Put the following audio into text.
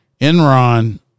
Enron